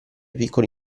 piccoli